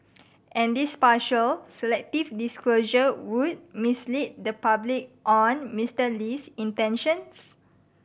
and this partial selective disclosure would mislead the public on Mister Lee's intentions